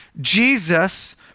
Jesus